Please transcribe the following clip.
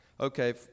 Okay